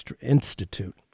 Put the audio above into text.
Institute